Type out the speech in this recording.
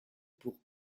pour